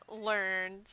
learned